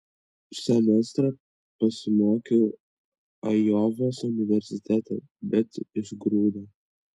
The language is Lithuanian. semestrą pasimokiau ajovos universitete bet išgrūdo